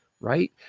Right